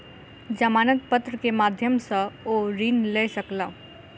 जमानत पत्र के माध्यम सॅ ओ ऋण लय सकला